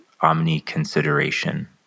omni-consideration